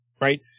Right